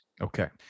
Okay